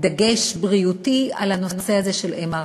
חשיבות רבה מאוד מאוד על הנושא הזה של ה-MRI.